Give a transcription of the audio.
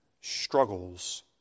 struggles